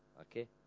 okay